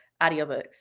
audiobooks